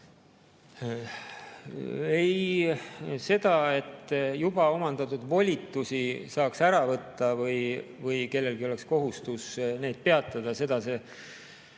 Ei, seda, et juba omandatud volituse saaks ära võtta või kellelgi oleks kohustus seda peatada, see